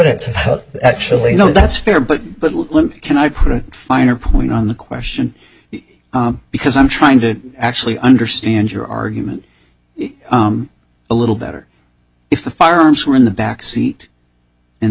of actually no that's fair but but can i put a finer point on the question because i'm trying to actually understand your argument a little better if the firearms were in the back seat and